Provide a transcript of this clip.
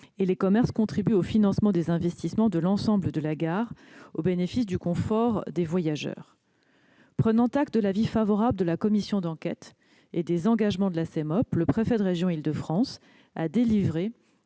les commerces contribuent au financement des investissements dans l'ensemble de la gare, au bénéfice du confort des voyageurs. Prenant acte de l'avis favorable de la commission d'enquête et des engagements de la société d'économie mixte